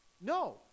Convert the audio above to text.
No